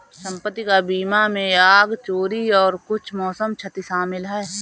संपत्ति का बीमा में आग, चोरी और कुछ मौसम क्षति शामिल है